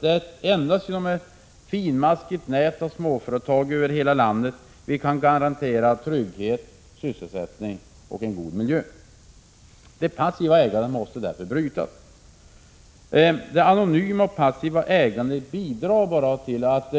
Det är nämligen endast genom ett finmaskigt nät av småföretag över hela landet som vi kan garantera trygghet, sysselsättning och en god miljö. Det passiva ägandet måste därför brytas. Det anonyma och passiva ägandet bidrar bara till att